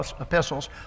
epistles